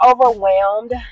overwhelmed